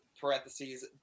parentheses